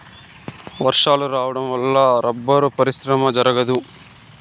వర్షాలు రావడం వల్ల రబ్బరు పరిశ్రమ జరగదు